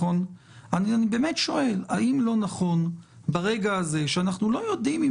האם לא נכון ברגע הזה שבו אנחנו לא יודעים אם